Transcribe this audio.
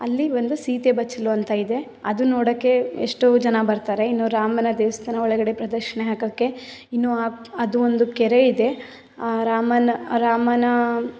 ಅಲ್ಲಿ ಒಂದು ಸೀತೆ ಬಚ್ಚಲು ಅಂತ ಇದೆ ಅದು ನೋಡೋಕ್ಕೆ ಎಷ್ಟೋ ಜನ ಬರ್ತಾರೆ ಇನ್ನು ರಾಮನ ದೇವಸ್ಥಾನ ಒಳಗಡೆ ಪ್ರದಕ್ಷಿಣೆ ಹಾಕೋಕ್ಕೆ ಇನ್ನು ಅದು ಒಂದು ಕೆರೆ ಇದೆ ರಾಮನ ರಾಮನ